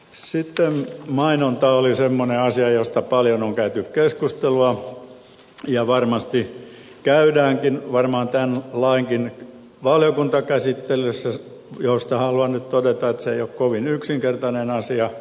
sitten mainonta oli semmoinen asia josta paljon on käyty keskustelua ja varmasti käydäänkin varmaan tämän lain valiokuntakäsittelyssäkin josta haluan nyt todeta että se ei ole kovin yksinkertainen asia